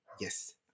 yes